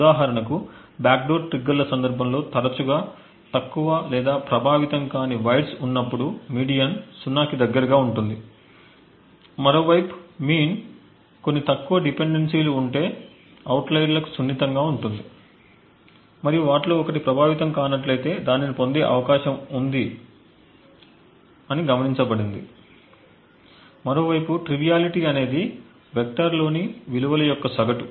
ఉదాహరణకు బ్యాక్డోర్ ట్రిగ్గర్ల సందర్భంలో తరచుగా తక్కువ లేదా ప్రభావితం కాని వైర్స్ ఉన్నప్పుడు మీడియన్ సున్నాకి దగ్గరగా ఉంటుంది మరోవైపు మీన్ కొన్ని తక్కువ డిపెండెన్సీలు ఉంటే అవుట్లైయర్లకు సున్నితంగా ఉంటుంది మరియు వాటిలో ఒకటి ప్రభావితం కానట్లయితే దానిని పొందే అవకాశం ఉంది గమనించబడింది మరోవైపు ట్రివియాలిటీ అనేది వెక్టర్లోని విలువల యొక్క సగటు